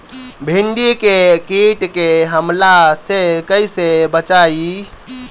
भींडी के कीट के हमला से कइसे बचाई?